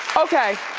okay,